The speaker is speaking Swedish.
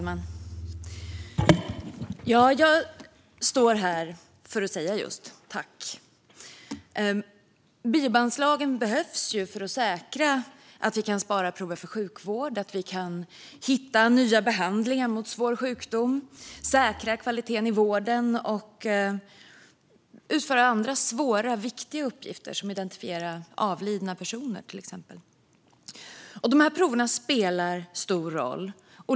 Herr talman! Jag står här för att säga tack. Biobankslagen behövs för att säkra att vi kan spara prover för sjukvård, att vi kan hitta nya behandlingar mot svår sjukdom, att vi kan säkra kvaliteten i vården och utföra andra svåra och viktiga uppgifter, till exempel att identifiera avlidna personer. En ny biobankslag Dessa prover spelar stor roll.